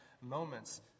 moments